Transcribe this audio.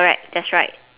correct that's right